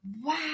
wow